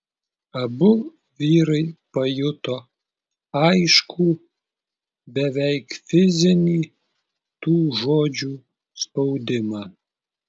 abu vyrai pajuto aiškų beveik fizinį tų žodžių spaudimą